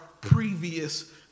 previous